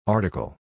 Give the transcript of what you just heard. Article